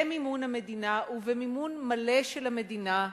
במימון המדינה, במימון מלא של המדינה,